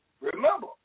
remember